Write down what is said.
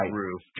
roof